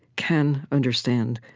can understand,